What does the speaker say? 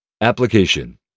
Application